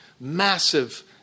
massive